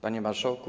Panie Marszałku!